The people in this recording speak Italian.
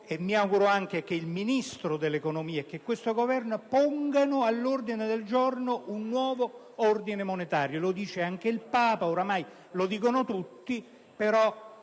sarà presente anche il Ministro dell'economia di questo Governo) pongano all'ordine del giorno un nuovo ordine monetario. Lo dice anche il Papa, ormai lo dicono tutti, però